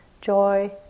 joy